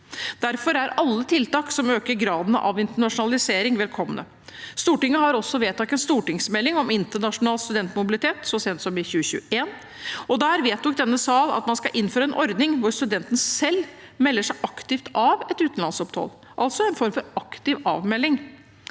Derfor er alle tiltak som øker graden av internasjonalisering, velkomne. Stortinget har også vedtatt en stortingsmelding om internasjonal studentmobilitet så sent som i 2021, og der vedtok denne sal at man skal innføre en ordning hvor studenten selv melder seg aktivt av et utenlandsopphold, altså en form for aktiv avmelding.